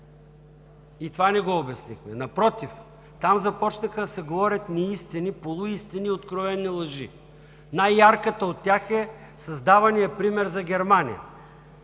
И това не го обяснихме. Напротив, там започнаха да се говорят неистини, полуистини и откровени лъжи. Най-ярката от тях е с давания пример за Германия.